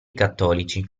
cattolici